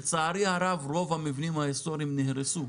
לצערי הרב, רוב המבנים ההיסטוריים נהרסו.